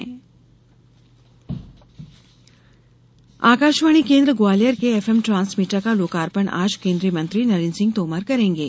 FM transmitter Akashvani केन्द्र ग्वालियर के F M transmitter का लोकार्पण आज केन्द्रीय मंत्री नरेन्द्र सिंह तोमर करेंगे